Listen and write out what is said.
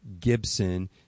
Gibson